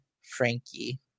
Frankie